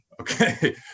Okay